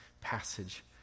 passage